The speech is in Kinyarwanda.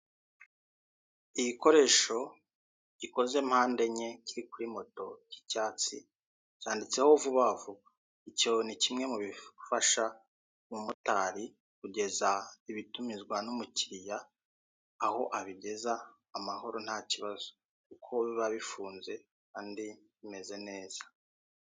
Igikoresho gikoze mpande enye kiri kuri moto cy'icyatsi cyanditseho vuba vuba, icyo ni kimwe mu bifasha umumotari kugeza ibitumizwa n'umukiriya, aho abigeza amahoro nta kibazo kuko biba bifunze kandi bimeze neza.